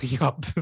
up